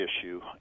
issue